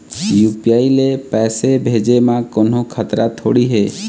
UPI ले पैसे भेजे म कोन्हो खतरा थोड़ी हे?